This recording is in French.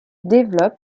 développe